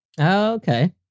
Okay